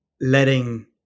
letting